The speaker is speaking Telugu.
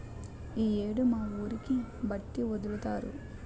ఈ యేడు మా ఊరికి బట్టి ఒదులుతారు